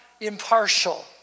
impartial